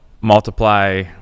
multiply